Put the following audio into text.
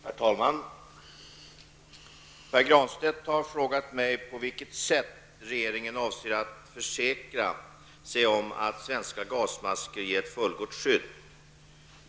Herr talman! Pär Granstedt har frågat mig på vilket sätt regeringen avser att försäkra sig om att svenska gasmasker ger ett fullgott skydd.